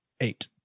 Eight